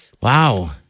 Wow